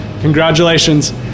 Congratulations